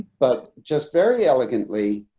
but just very elegantly,